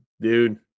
Dude